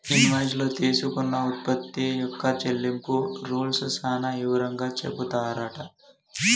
invoice లో తీసుకున్న ఉత్పత్తి యొక్క చెల్లింపు రూల్స్ సాన వివరంగా చెపుతారట